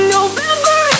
November